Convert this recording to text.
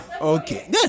Okay